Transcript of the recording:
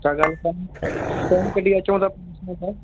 छा ॻाल्हि साईं कढी अचो त ॿुधायो